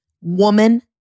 woman